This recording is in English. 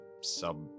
sub